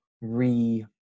re